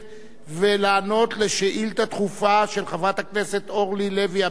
ולענות על שאילתא דחופה של חברת הכנסת אורלי לוי אבקסיס.